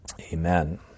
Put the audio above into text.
Amen